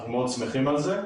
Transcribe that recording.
אנחנו מאוד שמחים על כך.